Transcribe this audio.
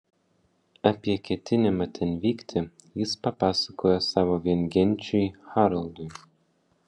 apie ketinimą ten vykti jis papasakojo savo viengenčiui haraldui